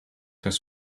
his